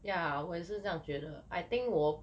yeah 我也是这样觉得 I think 我